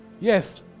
Yes